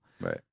Right